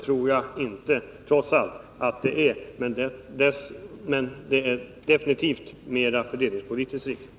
Men vårt förslag är definitivt mera fördelningspolitiskt riktigt.